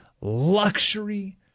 luxury